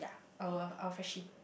ya our our freshie